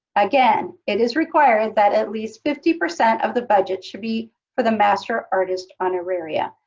again, it is required that at least fifty percent of the budget should be for the master artist's honoraria.